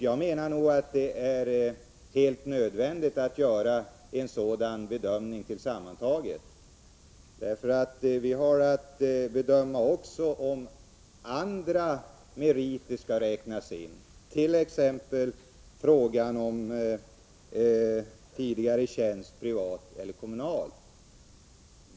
Jag anser att det är helt nödvändigt att göra en sådan helhetsbedömning, eftersom vi har att ta ställning till om också andra meriter skall räknas, t.ex. tjänst inom privat eller kommunal verksamhet.